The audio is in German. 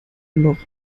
noch